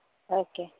okay